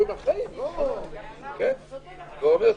נתחיל עם ההסתייגויות של ---- קארין ויואב.